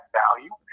value